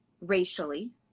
racially